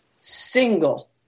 single